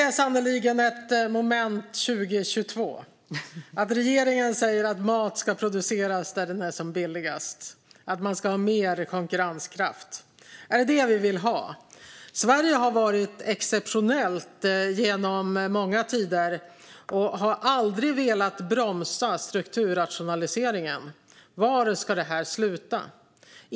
Fru talman! Det är sannerligen ett moment 2022 att regeringen säger att mat ska produceras där den är som billigast och att man ska ha mer konkurrenskraft. Är det det vi vill ha? Sverige har varit exceptionellt genom många tider och har aldrig velat bromsa strukturrationaliseringen. Var ska det här sluta?